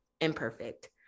Imperfect